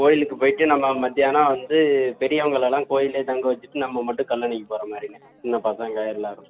கோயிலுக்கு போயிட்டு நம்ம மதியானம் வந்து பெரியவங்களெல்லாம் கோயில்லே தங்க வச்சுட்டு நம்ம மட்டும் கல்லணைக்கு போறமாதிரிண்ணே சின்ன பசங்க எல்லாரும்